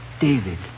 David